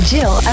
Jill